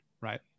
right